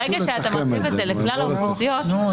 ברגע שאתה מרחיב את זה לכלל האוכלוסיות אז אתה כבר --- נו,